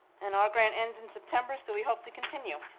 and our grant ends in september so we hope to continue